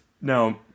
No